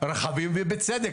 רכבים ובצדק,